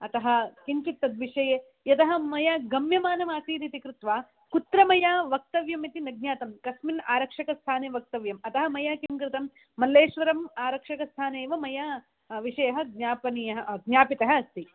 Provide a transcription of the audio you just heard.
अतः किञ्चित्तद्विषये यतः मया गम्यमानमासीदिति कृत्वा कुत्र मया वक्तव्यम् इति न ज्ञातं कस्मिन् आरक्षकस्थाने वक्तव्यम् अतः मया किं कृतं मल्लेश्वरम् आरक्षकस्थाने एव मया विषयः ज्ञापनीयः ज्ञापितः अस्ति